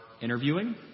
interviewing